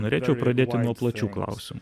norėčiau pradėti nuo plačių klausimų